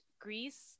Greece